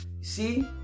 See